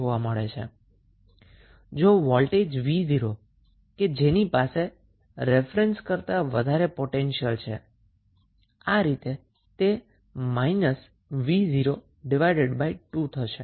જો વોલ્ટેજ 𝑣0 પાસે રેફરન્સ કરતાં વધારે પોટેંશિયલ હોય તો આ રીતે તે v02 થશે